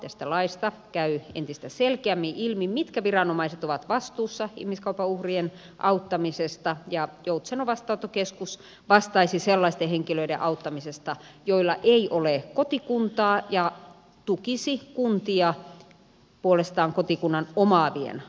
tästä laista käy entistä selkeämmin ilmi mitkä viranomaiset ovat vastuussa ihmiskaupan uhrien auttamisesta ja joutsenon vastaanottokeskus vastaisi sellaisten henkilöiden auttamisesta joilla ei ole kotikuntaa ja tukisi kuntia puolestaan kotikunnan omaavien auttamisessa